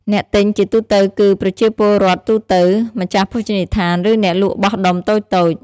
អ្នកទិញជាទូទៅគឺប្រជាពលរដ្ឋទូទៅ ម្ចាស់ភោជនីយដ្ឋាន ឬអ្នកលក់បោះដុំតូចៗ។